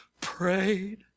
prayed